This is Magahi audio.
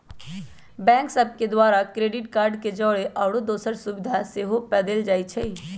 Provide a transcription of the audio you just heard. बैंक सभ के द्वारा क्रेडिट कार्ड के जौरे आउरो दोसरो सुभिधा सेहो पदेल जाइ छइ